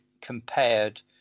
compared